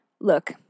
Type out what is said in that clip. Look